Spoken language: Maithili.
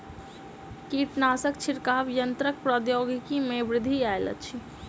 कीटनाशक छिड़काव यन्त्रक प्रौद्योगिकी में वृद्धि आयल अछि